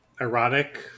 erotic